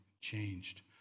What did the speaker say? changed